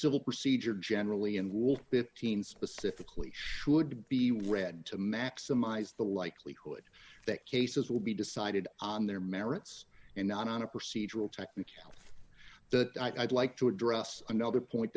civil procedure generally and will between specifically should be read to maximize the likelihood that cases will be decided on their merits and not on a procedural technical the i'd like to address another point